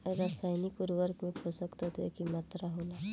रसायनिक उर्वरक में पोषक तत्व की मात्रा होला?